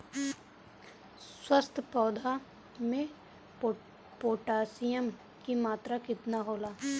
स्वस्थ पौधा मे पोटासियम कि मात्रा कितना होला?